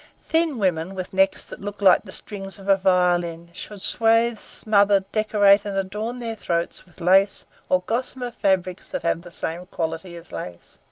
thin women with necks that look like the strings of a violin should swathe, smother, decorate, and adorn their throats with lace or gossamer fabrics that have the same quality as lace.